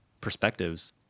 perspectives